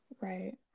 right